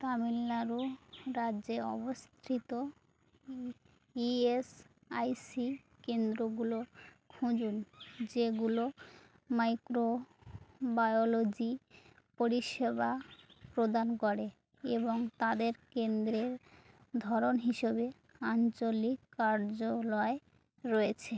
তামিলনাড়ু রাজ্যে অবস্থিত E E S I C কেন্দ্রগুলো খুঁজুন যেগুলো মাইক্রোবায়োলজি পরিষেবা প্রদান করে এবং তাদের কেন্দ্রের ধরন হিসাবে আঞ্চলিক কার্যলয় রয়েছে